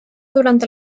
durante